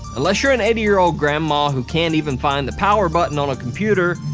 unless you're an eighty year old grandma who can't even find the power button on a computer,